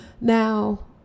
Now